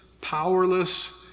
powerless